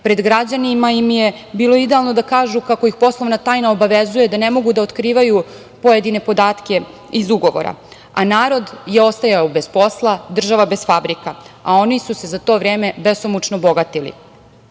pred građanima im je bilo idealno da kažu kako ih poslovna tajna obavezuje da ne mogu da otkrivaju pojedine podatke iz ugovora, a narod je ostajao bez posla, država bez fabrika, a oni su se za to vreme besomučno bogatili. Ne